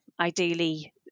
Ideally